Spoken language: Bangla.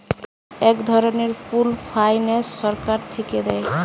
এক ধরনের পুল্ড ফাইন্যান্স সরকার থিকে দেয়